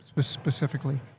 specifically